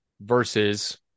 versus